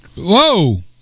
Whoa